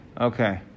Okay